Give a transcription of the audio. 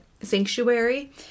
sanctuary